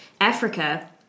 Africa